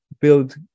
build